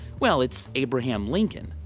well, it's abraham lincoln.